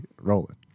Rolling